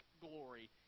glory